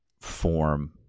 form